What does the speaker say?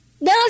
No